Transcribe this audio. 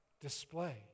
display